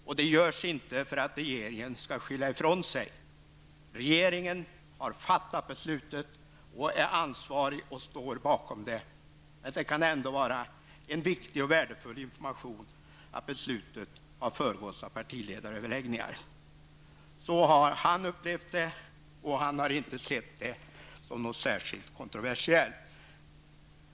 Detta görs inte för att regeringen skall skylla ifrån sig. Regeringen har fattat beslutet, är ansvarig för det och står bakom det, men det kan ändå vara en viktig och värdefull information att beslutet har föregåtts av partiledaröverläggningar. Så har statsministern upplevt det, och han har inte sett det som något särskilt kontroversiellt.